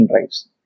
drives